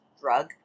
drug